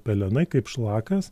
pelenai kaip šlakas